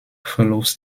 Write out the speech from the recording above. follows